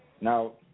Now